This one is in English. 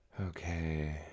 Okay